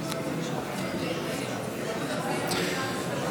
לא נתקבלה.